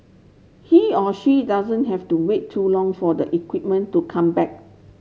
he or she doesn't have to wait too long for the equipment to come back